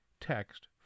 text